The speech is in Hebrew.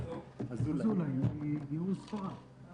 ואני חושב שאנשים מתעלמים